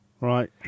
right